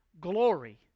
glory